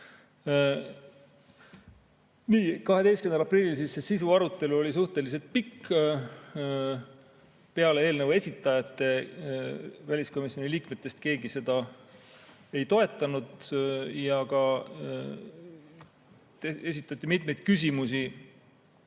12. aprillil sisuarutelu oli suhteliselt pikk. Peale eelnõu esitajate keegi väliskomisjoni liikmetest seda ei toetanud ja esitati mitmeid küsimusi